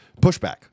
pushback